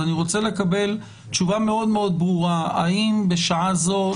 אז אני רוצה לקבל תשובה מאוד מאוד ברורה: האם בשעה זו,